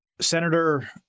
Senator